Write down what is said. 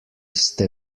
ste